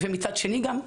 מצד שני גם,